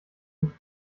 nicht